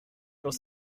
dans